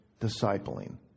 discipling